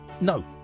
No